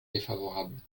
défavorable